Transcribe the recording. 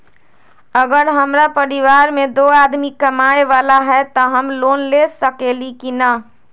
अगर हमरा परिवार में दो आदमी कमाये वाला है त हम लोन ले सकेली की न?